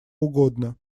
угодно